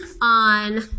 on